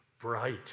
bright